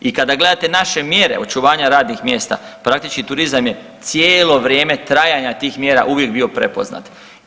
I kada gledate naše mjere očuvanja radnih mjesta, praktički, turizam je cijelo vrijeme trajanja tih mjera uvijek bio prepoznat.